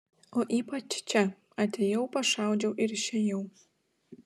o ypač čia atėjau pašaudžiau ir išėjau